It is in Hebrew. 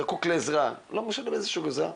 זקוק לעזרה, לא משנה, איזה שהיא עזרה,